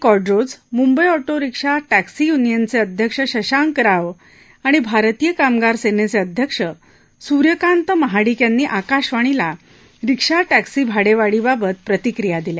Quadros Mumbai auto rickshaw taxi युनियनचे अध्यक्ष शशांक राव आणि भारतीय कामगार सेनेचे अध्यक्ष सुर्यकांत महाडिक यांनी आकाशवाणीला रिक्षा टॅक्सी भाडेवाढीबाबत प्रतिक्रिया दिल्या